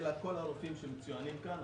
אלא כל הרופאים שמצוינים כאן,